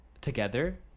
together